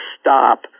stop